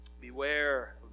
Beware